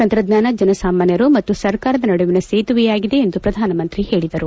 ತಂತ್ರಜ್ಞಾನ ಜನಸಾಮಾನ್ಯರು ಮತ್ತು ಸರ್ಕಾರದ ನಡುವಿನ ಸೇತುವೆಯಾಗಿದೆ ಎಂದು ಪ್ರಧಾನಮಂತ್ರಿ ಹೇಳಿದರು